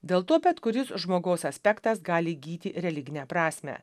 dėl to bet kuris žmogaus aspektas gali įgyti religinę prasmę